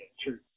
True